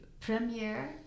premiere